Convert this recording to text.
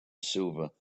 silver